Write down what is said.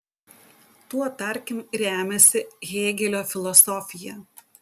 tuo tarkim remiasi hėgelio filosofija